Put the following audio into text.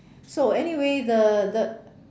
so anyway the the